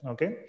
Okay